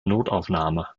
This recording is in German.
notaufnahme